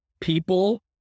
people